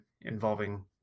involving